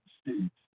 states